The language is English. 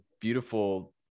beautiful